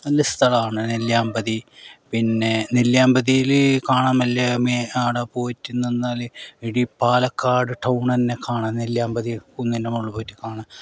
നല്ല സ്ഥലമാണ് നെല്ലിയാമ്പതി പിന്നെ നെല്ലിയാമ്പതിയിൽ കാണാൻ വലിയ മോഹമാണ് പോയിട്ടു നിന്നാൽ ഇടി പാലക്കാട് ടൗൺ തന്നെ കാണാം നെല്ലിയാമ്പതി കുന്നിൻ്റെ മുകളിൽ പോയിട്ട് കാണാൻ